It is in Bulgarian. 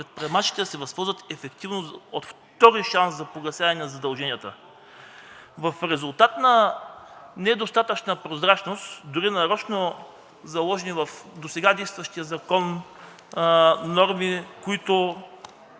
предприемачите да се възползват ефективно от втори шанс за погасяване на задълженията. В резултат на недостатъчна прозрачност, дори нарочно заложени в досега действащия закон норми, които